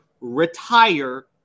retire